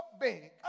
big